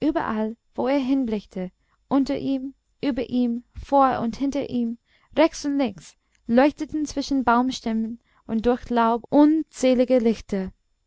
überall wo er hinblickte unter ihm über ihm vor und hinter ihm rechts und links leuchteten zwischen baumstämmen und durch laub unzählige lichter